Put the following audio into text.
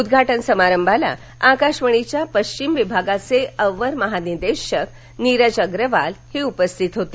उद्घाटन समारंभाला आकाशवाणीच्या पश्चिम विभागाचे अप्पर महानिदेशक निरज अग्रवाल उपस्थित होते